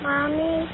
Mommy